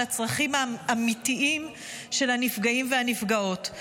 הצרכים האמיתיים של הנפגעים והנפגעות.